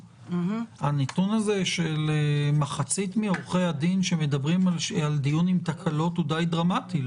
הנתון הזה של מחצית מעורכי הדין שמדברים על דיון עם תקלות הוא די דרמטי.